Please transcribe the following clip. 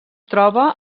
troba